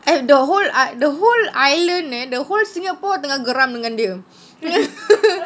have the whole the whole island eh the whole singapore tengah geram dengan dia